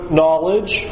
knowledge